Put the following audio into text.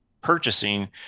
purchasing